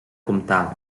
comtal